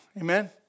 Amen